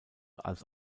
als